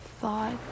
thought